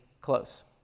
close